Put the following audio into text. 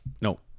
No